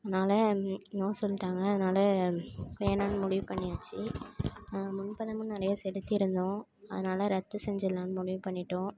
அதனால் நோ சொல்லிட்டாங்க அதனால் வேணாம்ன்னு முடிவு பண்ணியாச்சு முன் பணமும் நிறையா செலுத்தியிருந்தோம் அதனால் ரத்து செஞ்சிடலான்னு முடிவு பண்ணிவிட்டோம்